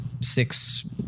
six